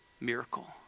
miracle